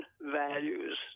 values